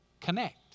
connect